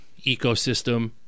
ecosystem